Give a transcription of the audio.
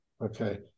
okay